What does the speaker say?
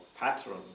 patron